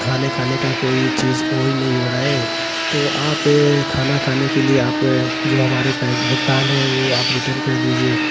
खाने खाने का कोई चीज कोई नहीं हो रहा है तो आप खाना खाने के लिए आप जो हमारे पास भुगतान है वह आप रिटर्न कर दीजिए